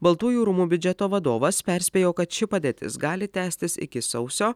baltųjų rūmų biudžeto vadovas perspėjo kad ši padėtis gali tęstis iki sausio